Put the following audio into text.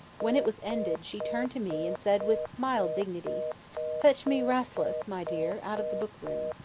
when it was ended, she turned to me, and said with mild dignity fetch me rasselas, my dear, out of the book-room.